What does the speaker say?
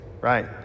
right